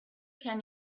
can